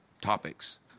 topics